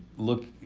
look,